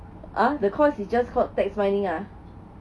uh the course is just called text mining ah